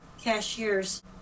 cashiers